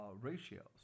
ratios